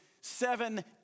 seven